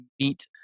meet